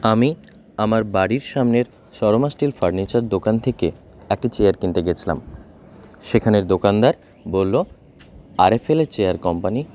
আমি আমার বাড়ির সামনের সরমা স্টিল ফার্নিচার দোকান থেকে একটি চেয়ার কিনতে গেছলাম সেখানের দোকানদার বললো আরএফএলের চেয়ার কোম্পানি